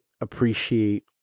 appreciate